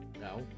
no